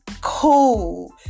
cool